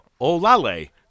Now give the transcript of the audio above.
Olale